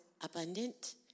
abundant